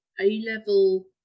A-level